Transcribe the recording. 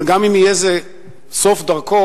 אבל גם אם יהיה זה סוף דרכו,